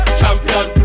champion